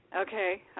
Okay